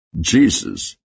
Jesus